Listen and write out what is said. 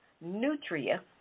nutria